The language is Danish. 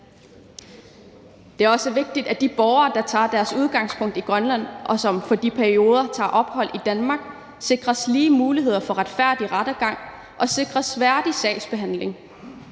Det er også vigtigt, at de borgere, der har deres udgangspunkt i Grønland, og som i de perioder tager ophold i Danmark, sikres lige muligheder for en retfærdig rettergang og sikres en værdig sagsbehandling.